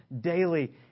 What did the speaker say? daily